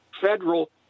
federal